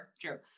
true